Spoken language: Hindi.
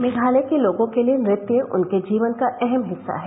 मेघालय के लोगों के लिए नृत्य उनके जीवन का अहम हिस्सा है